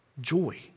Joy